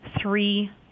three